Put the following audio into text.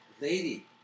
lady